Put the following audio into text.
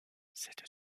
cette